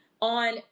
on